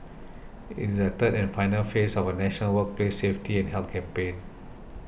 it is the third and final phase of a national workplace safety and health campaign